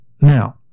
now